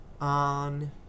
on